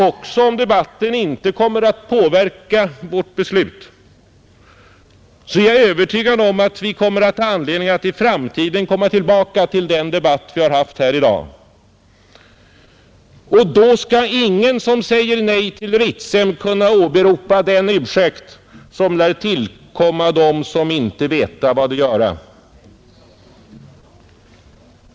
Även om debatten inte kommer att påverka vårt beslut är jag nämligen övertygad om att vi kommer att ha anledning att i framtiden komma tillbaka till den debatt vi för i dag — och då skall ingen som säger nej till Ritsem kunna åberopa den ursäkt som lär tillkomma dem som ”inte veta vad de göra”.